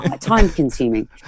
Time-consuming